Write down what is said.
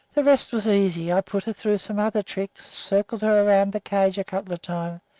the rest was easy. i put her through some other tricks, circled her around the cage a couple of times,